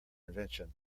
invention